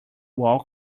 wall